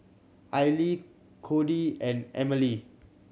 Aili Cody and Emile